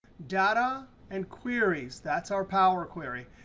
data and queries, that's our power query.